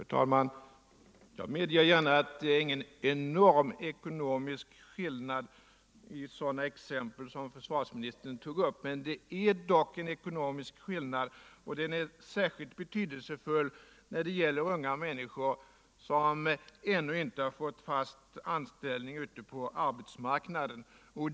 Fru talman! Jag medger gärna att det inte är någon enorm ekonomisk skillnad i sådana exempel som dem försvarsministern tog upp, men det är dock en ekonomisk skillnad, och den är särskilt betydelsefull när det gäller unga människor som ännu inte har fått fast anställning ute på arbetsmarknaden.